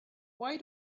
why